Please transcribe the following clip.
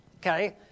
Okay